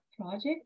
project